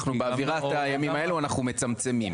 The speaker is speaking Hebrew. אנחנו באווירת הימים האלו, אנחנו מצמצמים.